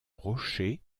rocher